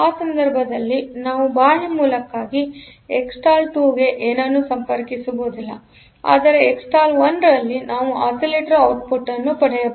ಆ ಸಂದರ್ಭದಲ್ಲಿ ನಾವು ಬಾಹ್ಯ ಮೂಲಕ್ಕಾಗಿಎಕ್ಸ್ಸ್ಟಲ್2ಗೆ ಏನನ್ನೂ ಸಂಪರ್ಕಿಸುವುದಿಲ್ಲ ಆದರೆಎಕ್ಸ್ಸ್ಟಲ್1 ರಲ್ಲಿ ನಾವು ಆಸಿಲೆಟರ್ ಔಟ್ಪುಟ್ ಅನ್ನುಪಡೆಯಬಹುದು